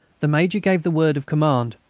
the major gave the word of command.